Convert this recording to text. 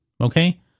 Okay